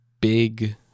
big